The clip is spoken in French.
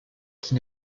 qui